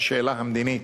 השאלה המדינית.